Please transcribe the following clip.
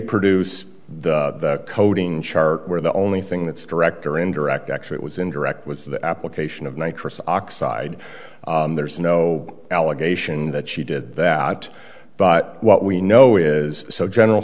produce the coding chart where the only thing that's direct or indirect actually it was indirect was the application of nitric oxide there's no allegation that she did that but what we know is so general